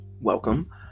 welcome